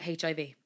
HIV